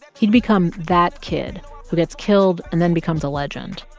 he'd become that kid who gets killed and then becomes a legend.